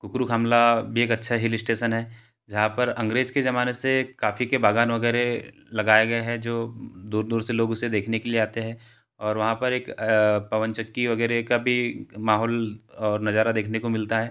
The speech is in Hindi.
कुकरुखामला भी एक अच्छा हिल स्टेसन है जहाँ पर अंग्रेज के ज़माने से काफ़ी के बाग़ान वगैरह लगाए गए हैं जो दूर दूर से लोग उसे देखने के लिए आते है और वहाँ पर एक पवन चक्की वगैरह का भी माहौल और नज़ारा देखने को मिलता है